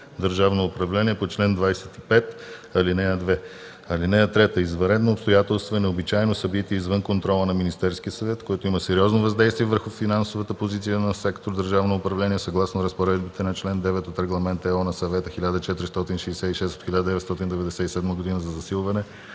„Държавно управление” по чл. 25, ал. 2. (3) Извънредно обстоятелство е необичайно събитие извън контрола на Министерския съвет, което има сериозно въздействие върху финансовата позиция на сектор „Държавно управление”, съгласно разпоредбите на чл. 9 от Регламент (ЕО) на Съвета 1466/1997 за засилване